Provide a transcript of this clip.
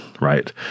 right